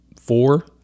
Four